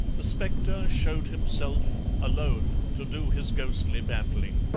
the spectre showed himself, alone, to do his ghostly battling,